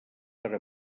per